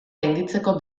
gainditzeko